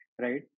right